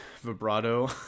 vibrato